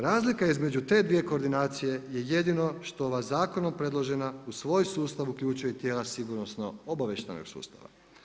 Razlika između te 2 koordinacije je jedino što ova zakonom predložena u svoj sustav uključuje i tijela sigurnosno obavještajnog sustava.